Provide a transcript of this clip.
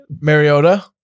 Mariota